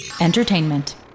Entertainment